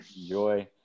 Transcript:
enjoy